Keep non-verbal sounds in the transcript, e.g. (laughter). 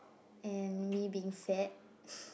and me being fat (laughs)